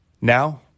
Now